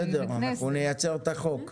בסדר אנחנו נייצר את החוק.